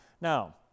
Now